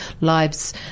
Lives